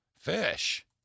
fish